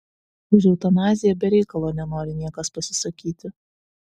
už eutanaziją be reikalo nenori niekas pasisakyti